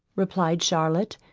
replied charlotte,